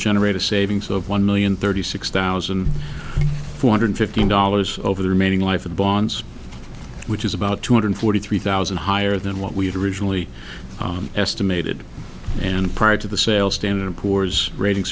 generate a savings of one million thirty six thousand four hundred fifteen dollars over the remaining life of bonds which is about two hundred forty three thousand higher than what we had originally estimated and prior to the sale standard and poor's rating